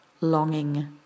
longing